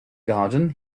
garden